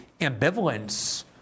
ambivalence